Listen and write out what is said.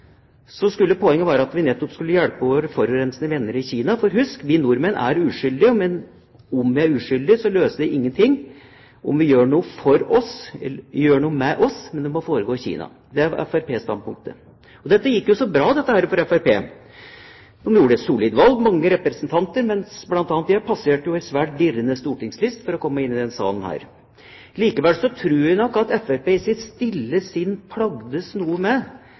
skulle poenget være at vi nettopp skulle hjelpe våre forurensende venner i Kina, for husk: Vi nordmenn er uskyldige. Men om vi er skyldige, løser det ingenting om vi gjør noe hos oss – det må foregå i Kina. Det er fremskrittspartistandpunktet. Dette gikk jo så bra for Fremskrittspartiet. De gjorde et solid valg, fikk mange representanter, mens jeg, bl.a., passerte en svært dirrende stortingslist for å komme inn i denne salen. Likevel tror jeg nok at Fremskrittspartiet i sitt stille sinn var noe plaget med